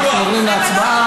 אנחנו עוברים להצבעה.